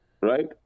right